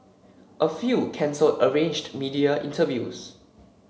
a few cancelled arranged media interviews